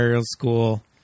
school